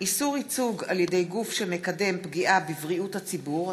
איסור ייצוג על-ידי גוף שמקדם פגיעה בבריאות הציבור),